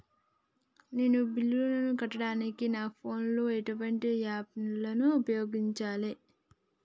నేను బిల్లులను కట్టడానికి నా ఫోన్ లో ఎటువంటి యాప్ లను ఉపయోగించాలే?